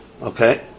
Okay